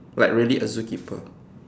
like really a zookeeper